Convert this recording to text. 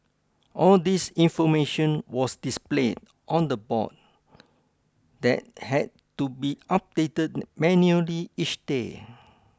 all this information was displayed on the board that had to be updated manually each day